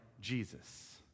Jesus